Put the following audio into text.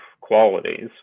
qualities